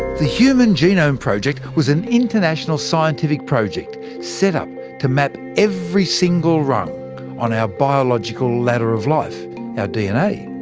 the human genome project was an international scientific project set up to map every single rung on our biological ladder of life our yeah dna.